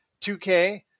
2k